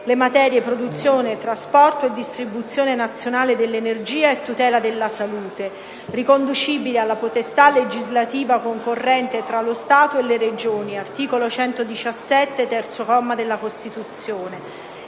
le materie "produzione, trasporto e distribuzione nazionale dell'energia" e "tutela della salute", riconducibili alla potestà legislativa concorrente tra lo Stato e le Regioni (articolo 117, terzo comma, della Costituzione),